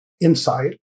insight